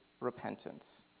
repentance